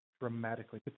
dramatically